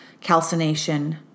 Calcination